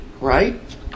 right